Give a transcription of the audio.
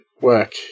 work